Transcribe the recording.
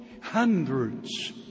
hundreds